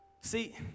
See